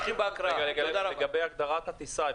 לגבי הגדרת הטיסה,